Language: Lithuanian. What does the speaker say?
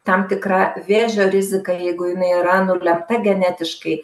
tam tikra vėžio rizika jeigu jinai yra nulemta genetiškai